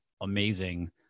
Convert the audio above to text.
amazing